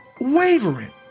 wavering